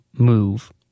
move